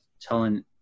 telling